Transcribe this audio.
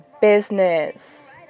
business